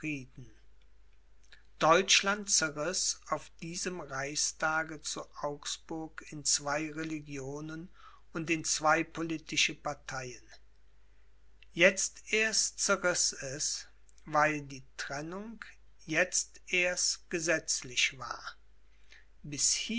deutschland zerriß auf diesem reichstage zu augsburg in zwei religionen und in zwei politische parteien jetzt erst zerriß es weil die trennung jetzt erst gesetzlich war